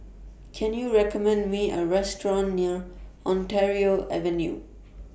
Can YOU recommend Me A Restaurant near Ontario Avenue